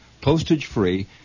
postage-free